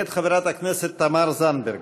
מאת חברת הכנסת תמר זנדברג.